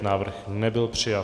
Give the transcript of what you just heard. Návrh nebyl přijat.